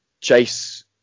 Chase